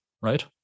right